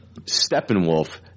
Steppenwolf